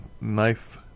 knife